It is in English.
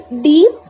deep